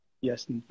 Yes